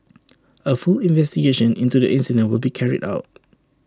A full investigation into the incident will be carried out